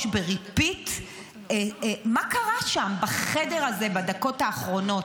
ב-repeat מה קרה שם בחדר הזה בדקות האחרונות,